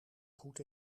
goed